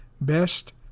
Best